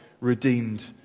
redeemed